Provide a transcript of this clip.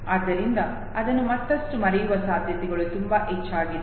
ಆದ್ದರಿಂದ ಅದನ್ನು ಮತ್ತಷ್ಟು ಮರೆಯುವ ಸಾಧ್ಯತೆಗಳು ತುಂಬಾ ಹೆಚ್ಚಾಗಿದೆ